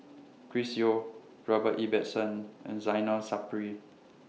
Chris Yeo Robert Ibbetson and Zainal Sapari